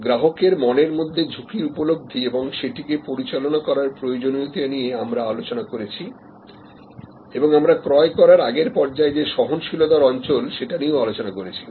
গ্রাহকের মনের মধ্যে ঝুঁকির উপলব্ধি এবং সেটিকে পরিচালনা করার প্রয়োজনীয়তা নিয়ে আমরা আলোচনা করেছি এবং আমরা ক্রয় করার আগের পর্যায়ে যে সহনশীলতার অঞ্চল সেটা নিয়েও আলোচনা করেছি